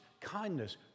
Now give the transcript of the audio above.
kindness